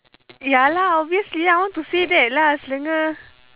ya lah obviously I want to say that lah selenge